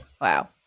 Wow